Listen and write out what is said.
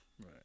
Right